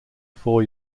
four